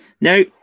no